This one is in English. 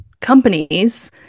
companies